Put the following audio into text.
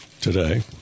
today